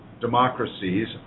democracies